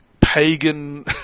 pagan